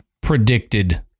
predicted